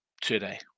today